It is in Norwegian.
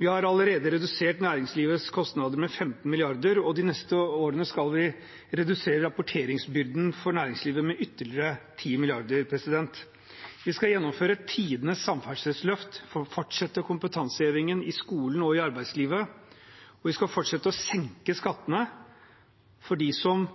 Vi har allerede redusert næringslivets kostnader med 15 mrd. kr, og de neste årene skal vi redusere rapporteringsbyrden for næringslivet med ytterligere 10 mrd. kr. Vi skal gjennomføre tidenes samferdselsløft, fortsette kompetansehevingen i skolen og i arbeidslivet, og vi skal fortsette å senke skattene for både dem som